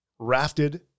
Rafted